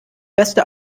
beste